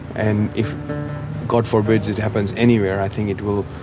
and if god forbid yeah it happens anywhere i think it will,